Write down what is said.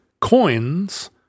coins